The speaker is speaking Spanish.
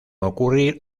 ocurrir